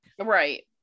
Right